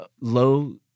low